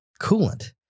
coolant